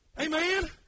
Amen